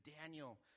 Daniel